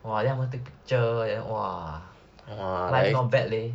!wah! then 他们 take picture then !wah! like not bad leh